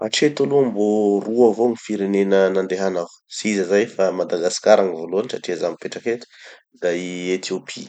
Hatreto aloha mbo roa vao gny firenena nandehanako. Tsy iza zay fa madagasikara gny voalohany satria zaho mipetraky eto, da i Ethiopie.